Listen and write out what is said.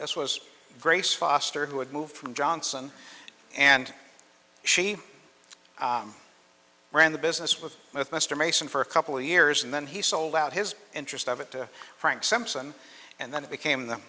as was grace foster who had moved from johnson and she ran the business with with mr mason for a couple of years and then he sold out his interest of it to frank simpson and then it became the